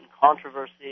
controversy